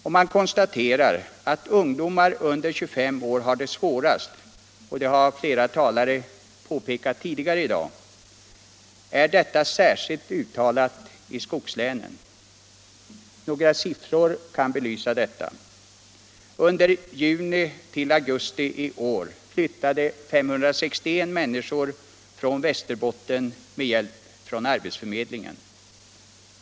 Om man konstaterar att ungdomar under 25 år har det svårast — och det har flera talare påpekat tidigare i dag — är detta särskilt uttalat i skogslänen. Några siffror kan belysa detta. Under juni-augusti i år flyttade 561 människor från Västerbotten med hjälp från arbetsförmedlingen.